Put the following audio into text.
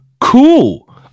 cool